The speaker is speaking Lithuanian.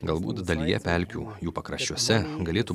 galbūt dalyje pelkių jų pakraščiuose galėtų